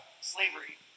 slavery